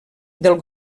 del